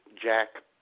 Jack